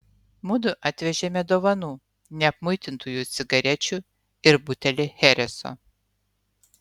mudu atvežėme dovanų neapmuitintųjų cigarečių ir butelį chereso